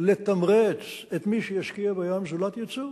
לתמרץ את מי שישקיע בים זולת ייצוא.